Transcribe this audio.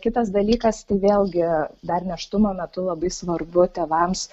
kitas dalykas tai vėlgi dar nėštumo metu labai svarbu tėvams